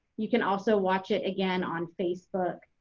you can also watch it again on facebook,